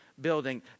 building